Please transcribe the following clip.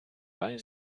weil